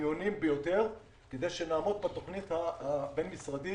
חיוניים ביותר כדי שנעמוד בתוכנית הבין-משרדית